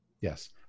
Yes